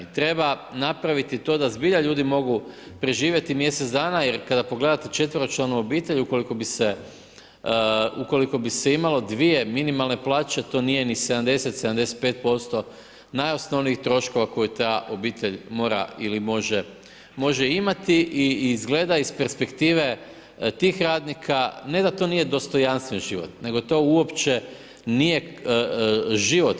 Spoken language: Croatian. Treba napraviti to da zbilja ljudi mogu preživjeti mjesec dana, jer kada pogledate četveročlanu obitelj, ukoliko bi se imalo 2 minimalne plaće, to nije ni 70-75% najosnovnijih troškova koju ta obitelj mora ili može imati i izgleda iz perspektive tih radnika, ne da to nije dostojanstven život, nego to uopće nije život.